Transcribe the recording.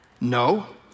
No